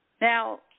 Now